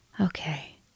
okay